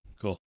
Cool